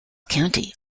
county